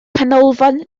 canolfan